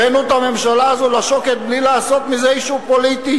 הבאנו הממשלה הזאת לשוקת בלי לעשות מזה issue פוליטי,